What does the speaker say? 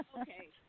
Okay